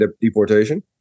deportation